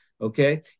Okay